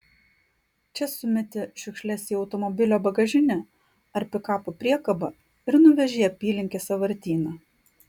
čia sumeti šiukšles į automobilio bagažinę ar pikapo priekabą ir nuveži į apylinkės sąvartyną